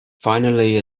finally